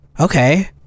okay